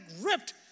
ripped